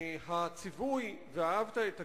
הציווי "ואהבת את הגר"